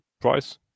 price